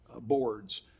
boards